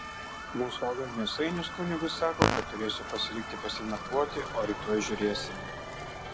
mums valgant mėsainius kunigas sako kad turėsiu pasilikti pas jį nakvoti o rytoj žiūrėsime